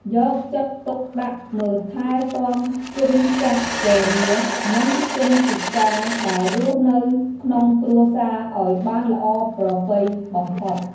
យកចិត្តទុកដាក់មើលថែទាំជនចាស់ជរានិងជនពិការដែលរស់នៅក្នុងគ្រួសារឱ្យបានល្អប្រពៃបំផុត។